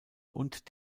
und